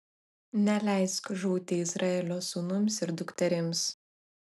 neleisk žūti izraelio sūnums ir dukterims